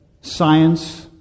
science